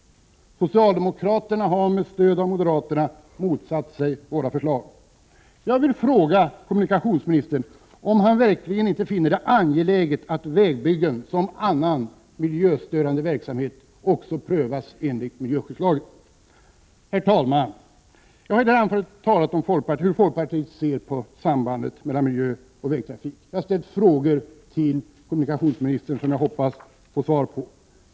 1988/89:30 mokraterna har med stöd av moderaterna motsatt sig våra förslag. 23 november 1988 Jag vill fråga kommunikationsministern om han verkligen inte finner det Herr talman! Jag har i det här anförandet talat om hur folkpartiet ser på sambandet mellan miljö och vägtrafik. Jag har ställt några frågor till kommunikationsministern som jag hoppas få svar på.